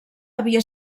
havia